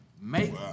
make